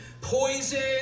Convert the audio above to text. Poison